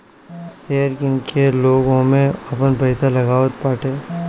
share किन के लोग ओमे आपन पईसा लगावताटे